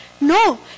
No